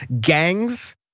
Gangs